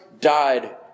died